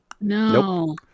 No